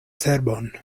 cerbon